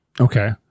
Okay